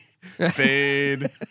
Fade